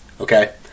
Okay